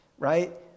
right